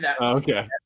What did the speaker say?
Okay